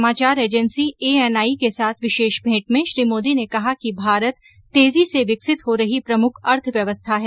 समाचार agency ANI के साथ विशेष भेंट में श्री मोदी ने कहा कि भारत तेजी से विकसित हो रही प्रमुख अर्थव्यवस्था है